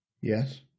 Yes